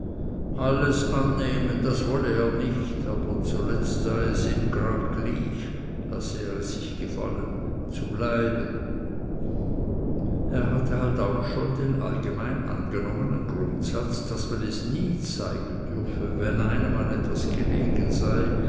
alles annehmen das wolle er nicht aber zuletzt sei es ihm graglich zu bleiben er hatte halt auch schon den allgemein angenommenen grundsatz daß man es nie zeigen dürfe wenn einem an etwas gelegen sei